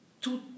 tout